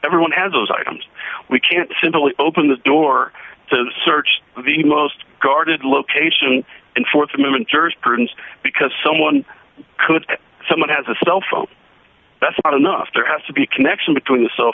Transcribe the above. everyone has those items we can't simply open the door to search the most guarded location and th amendment search prints because someone could someone has a cell phone that's not enough there has to be a connection between the cell